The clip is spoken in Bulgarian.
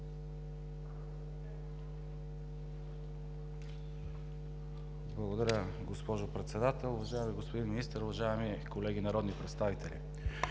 Благодаря, госпожо Председател. Уважаеми господин Министър, уважаеми колеги народни представители!